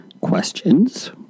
questions